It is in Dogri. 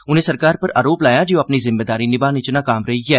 उनें सरकार पर आरोप लाया जे ओह् अपनी जिम्मेदारी निभाने च नाकाम रेई ऐ